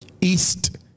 East